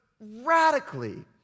radically